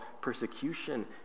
persecution